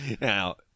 Now